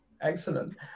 Excellent